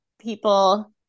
people